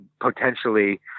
potentially